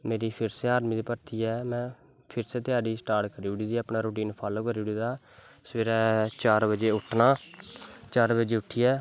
मेरी फिर आर्मी दी भर्थी ऐ में फिर से तैयारी स्टार्ट करी ओड़ी ऐ अपना रोटीन फालो करी ओड़ी ऐ सवेरै चार बड़े उट्ठना सवेरै चार बज़े उट्ठियै